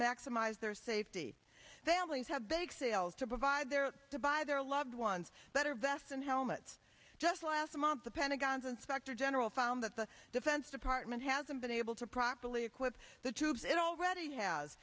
maximize their safety families have bake sales to provide their to buy their loved ones that are vests and helmets just last month the pentagon's inspector general found that the defense department hasn't been able to properly equip the troops it already has